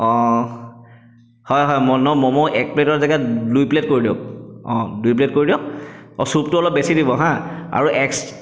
অঁ হয় হয় ন ম'ম' এক প্লে'টৰ জেগাত দুই প্লে'ট কৰি দিয়ক অঁ দুই প্লে'ট কৰি দিয়ক অঁ চুপটো অলপ বেছি দিব হাঁ আৰু এক্স